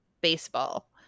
baseball